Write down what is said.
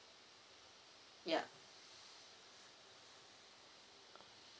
yup